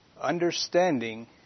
understanding